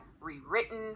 rewritten